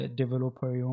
developer